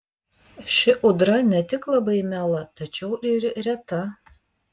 ši ūdra ne tik labai miela tačiau ir reta